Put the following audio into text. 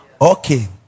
Okay